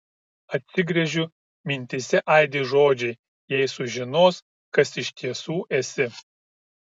atsigręžiu mintyse aidi žodžiai jei sužinos kas iš tiesų esi